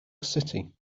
city